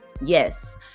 Yes